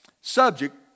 subject